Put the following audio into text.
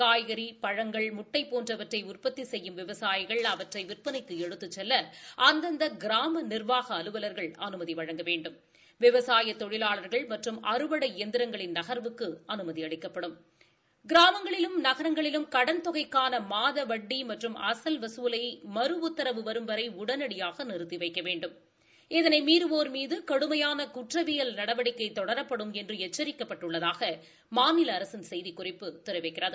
காய்கறி பழங்கள் முட்டை போன்றவற்றை உற்பத்தி செய்யும் விவசாயிகள் அவற்றை விற்பனைக்கு எடுத்துச் செல்ல அந்தந்த கிராம நிா்வாக அலுவலா்கள் அனுமதி வழங்க வேண்டும் விவசாய தொழிலாளா்கள் மற்றும் அறுவடை எந்திரங்களின் நகா்வுக்கு அனுமதி அளிக்கப்படும் கிராமங்களிலும் நகரங்களிலும் கடன் தொகைககான மாத வட்டி மற்றும் அசல் வசூலை மறு உத்தரவு வரும் வரை உடனடியாக நிறுத்தி வைக்க வேண்டும் இதனை மீறுவோர் மீது கடுமையான குற்றவியல் நடவடிக்கை தொடரப்படும் என்று எச்சரிக்கப்பட்டுள்ளதாக மாநில அரசின் செய்திக்குறிப்பு தெரிவிக்கிறது